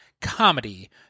comedy